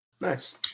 Nice